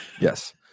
Yes